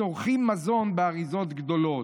צורכים מזון באריזות גדולות.